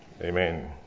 Amen